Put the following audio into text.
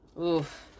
Oof